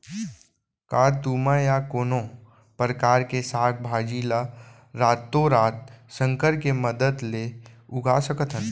का तुमा या कोनो परकार के साग भाजी ला रातोरात संकर के मदद ले उगा सकथन?